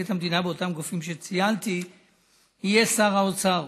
את המדינה באותם גופים שציינתי יהיה שר האוצר,